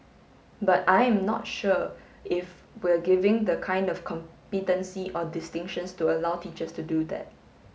but I'm not sure if we're giving the kind of competency or distinctions to allow teachers to do that